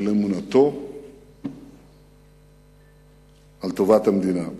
של אמונתו על טובת המדינה.